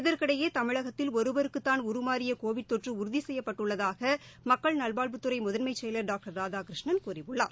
இதற்கிடையே தமிழகத்தில் ஒருவருக்குதாள் உருமாறிய கோவிட் தொற்று உறுதி செய்யப்பட்டுள்ளதாக மக்கள் நல்வாழ்வுத்துறை முதன்மைச் செயலர் டாக்டர் ராதாகிருஷ்ணன் கூறியுள்ளார்